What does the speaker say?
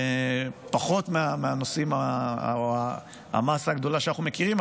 פחות מהמאסה הגדולה שאנחנו מכירים,